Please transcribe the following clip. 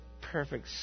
perfect